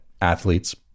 Athletes